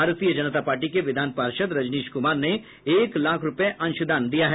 भारतीय जनता पार्टी के विधान पार्षद रजनीश कुमार ने एक लाख रूपये अंशदान दिया है